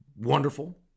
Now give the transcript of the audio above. Wonderful